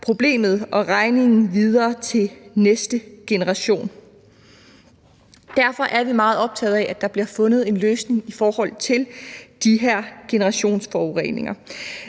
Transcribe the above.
og regningen videre til næste generation. Derfor er vi meget optaget af, at der bliver fundet en løsning på de her generationsforureninger.